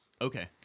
Okay